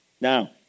Now